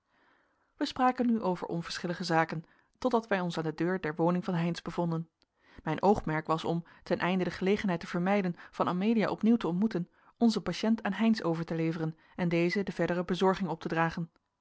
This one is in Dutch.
wij spraken nu over onverschillige zaken totdat wij ons aan de deur der woning van heynsz bevonden mijn oogmerk was om ten einde de gelegenheid te vermijden van amelia opnieuw te ontmoeten onzen patiënt aan heynsz over te leveren en dezen de verdere bezorging op te dragen